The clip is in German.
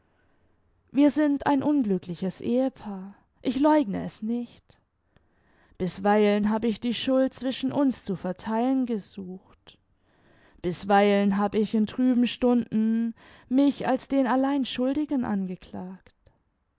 wir sind ein unglückliches ehepaar ich leugne es nicht bisweilen hab ich die schuld zwischen uns zu vertheilen gesucht bisweilen hab ich in trüben stunden mich als den allein schuldigen angeklagt